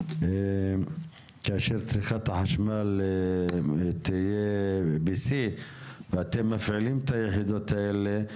כאשר צריכת החשמל תהיה בשיא ואתם מפעילים את היחידות האלה.